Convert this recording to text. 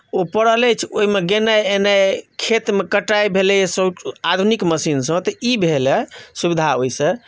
ओ पड़ल अछि ओहिमे जेनाइ एनाइ खेतमे कटाइ भेलै आधुनिक मशीनसँ तऽ ई भेलए सुविधा ओहिसँ